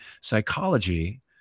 psychology